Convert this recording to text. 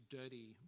dirty